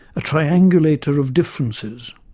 a triangulator of differences.